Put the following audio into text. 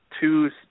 Two